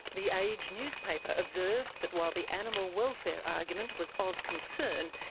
the age newspaper observed that while the animal welfare argument was of concern,